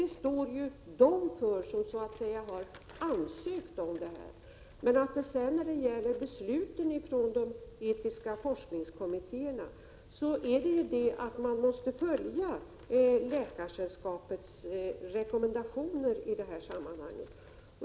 Det står ju de som har ansökt för. När det sedan gäller besluten från de etiska forskningskommittérna måste de följa Läkaresällskapets rekommendationer i detta sammanhang.